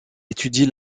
étudie